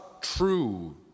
true